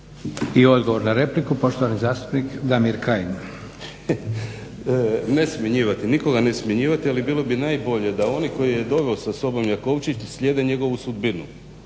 I odgovor na repliku, poštovani zastupnik Damir Kajin. **Kajin, Damir (Nezavisni)** Ne smjenjivati nikoga, ali bilo bi najbolje da oni koje je doveo sa sobom Jakovčić slijede njegovu sudbinu.